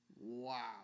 Wow